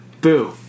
Boo